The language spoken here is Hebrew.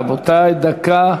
רבותי, דקה.